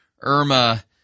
Irma